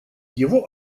его